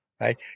right